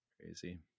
Crazy